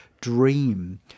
dream